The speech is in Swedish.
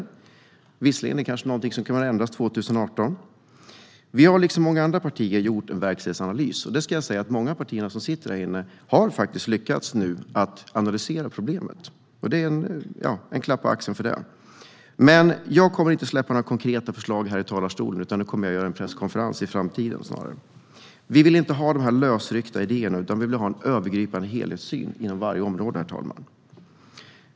Det är visserligen något som kanske kommer att ändras 2018. Vi har liksom många andra partier gjort en verklighetsanalys - jag ska säga att många av partierna som sitter här inne faktiskt har lyckats analysera problemet nu, och jag vill ge dem en klapp på axeln för det - men jag kommer inte att släppa några konkreta förslag här i talarstolen i dag, utan det kommer jag snarare att göra vid en presskonferens i framtiden. Vi vill inte ha de här lösryckta idéerna, utan vi vill ha en övergripande helhetssyn inom varje område, herr talman.